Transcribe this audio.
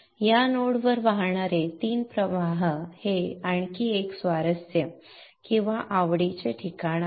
या नोड वर वाहणारे 3 प्रवाह हे आणखी एक स्वारस्य किंवा आवडीचे ठिकाण आहेत